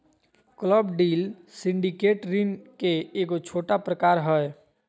club deal syndicate ऋण के एगो छोटा प्रकार हय